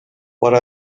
what